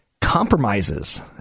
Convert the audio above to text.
compromises